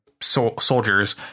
soldiers